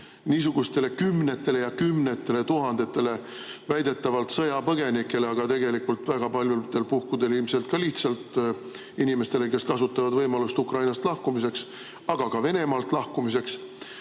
riiki kümnetele ja kümnetele tuhandetele väidetavatele sõjapõgenikele, aga väga paljudel puhkudel ilmselt ka lihtsalt inimestele, kes kasutavad võimalust Ukrainast lahkumiseks ja ka Venemaalt lahkumiseks,